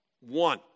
One